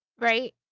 right